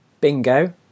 Bingo